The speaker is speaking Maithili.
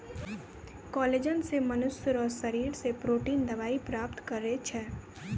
कोलेजन से मनुष्य रो शरीर से प्रोटिन दवाई प्राप्त करै छै